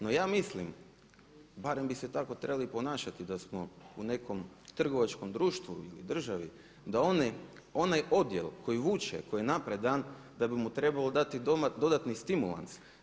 No ja mislim, barem bi se tako trebali ponašati da smo u nekom trgovačkom društvu ili državi da onaj odjel koji vuče, koji je napredan da bi mu trebalo dati dodatan stimulans.